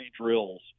drills